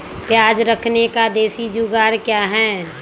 प्याज रखने का देसी जुगाड़ क्या है?